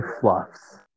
Fluffs